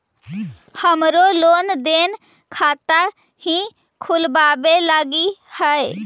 हमरो लेन देन खाता हीं खोलबाबे लागी हई है